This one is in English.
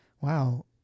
Wow